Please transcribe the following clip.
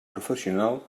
professional